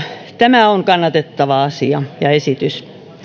tämä on kannatettava asia ja esitys